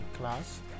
class